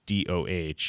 DOH